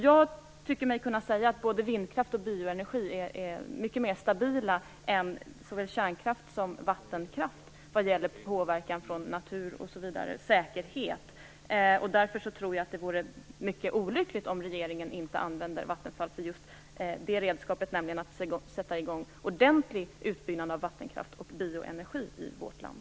Jag tycker mig kunna säga att både vindkraft och bioenergi är mycket mer stabila än såväl kärnkraft som vattenkraft när det gäller påverkan från naturen, säkerhet osv. Därför tror jag det vore mycket olyckligt om regeringen inte använder Vattenfall som ett redskap att ordentligt sätta i gång utbyggnaden av vattenkraft och bioenergi i vårt land.